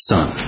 Son